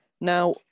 Now